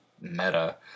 meta